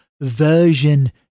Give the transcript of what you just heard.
version